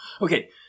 Okay